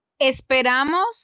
Esperamos